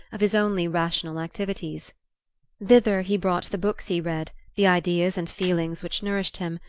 of his only rational activities thither he brought the books he read, the ideas and feelings which nourished him,